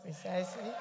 precisely